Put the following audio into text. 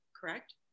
correct